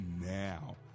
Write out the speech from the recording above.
now